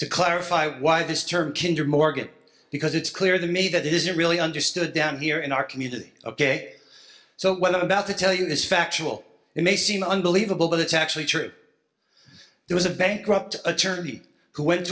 to clarify why this term kinda mortgage because it's clear the me that isn't really understood down here in our community ok so what about to tell you this is factual it may seem unbelievable but it's actually true there was a bankrupt attorney who went